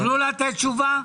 תוכלו לתת תשובה?